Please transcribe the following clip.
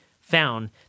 found